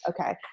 Okay